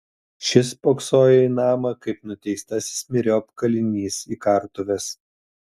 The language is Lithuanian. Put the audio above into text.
šis spoksojo į namą kaip nuteistasis myriop kalinys į kartuves